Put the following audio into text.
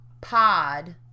pod